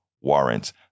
warrants